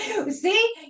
See